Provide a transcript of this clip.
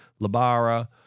Labara